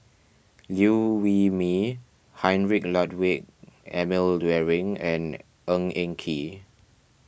Liew Wee Mee Heinrich Ludwig Emil Luering and Ng Eng Kee